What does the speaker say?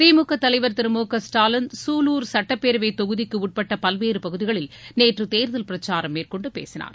திமுக தலைவர் திரு மு க ஸ்டாலின் குலூர் சுட்டப்பேரவை தொகுதிக்குட்பட்ட பல்வேறு பகுதிகளில் நேற்று தேர்தல் பிரச்சாரம் மேற்கொண்டு பேசினார்